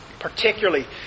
particularly